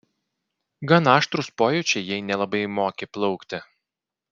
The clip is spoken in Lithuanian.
gan aštrūs pojūčiai jei nelabai moki plaukti